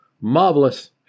marvelous